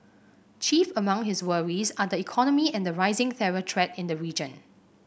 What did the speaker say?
chief among his worries are the economy and the rising terror threat in the region